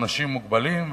אנשים מוגבלים.